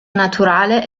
naturale